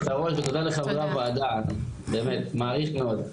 ותודה לחברי הוועדה, מעריך מאוד.